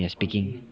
we're speaking